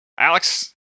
Alex